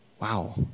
Wow